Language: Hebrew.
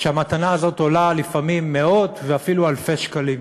שהמתנה הזאת עולה לפעמים מאות ואפילו אלפי שקלים.